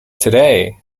today